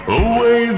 away